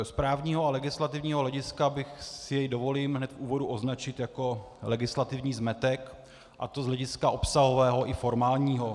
Z právního a legislativního hlediska si jej dovolím hned v úvodu označit jako legislativní zmetek, a to z hlediska obsahového i formálního.